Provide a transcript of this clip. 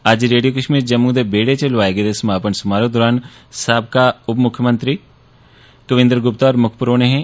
अज्ज रेडियो कश्मीर जम्मू दे बेहड़े च लोआए गेदे समापन समारोह दौरान साबका उप मुक्खमंत्री कविन्द्र गुप्ता होर मुक्ख परौहने हे